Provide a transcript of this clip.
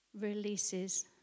releases